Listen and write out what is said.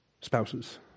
spouses